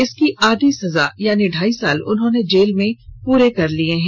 इसकी आधी सजा यानि ढाई साल उन्होंने जेल में पूरे कर लिए हैं